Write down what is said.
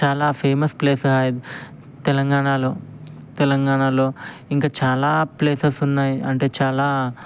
చాలా famous place తెలంగాణలో తెలంగాణలో ఇంకా చాలా ప్లేసెస్ ఉన్నాయి అంటే చాలా